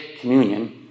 communion